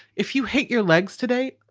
if you hate your legs today.